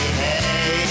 hey